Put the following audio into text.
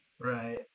Right